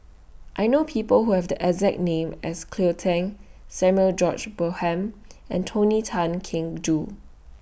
I know People Who Have The exact name as Cleo Thang Samuel George Bonham and Tony Tan Keng Joo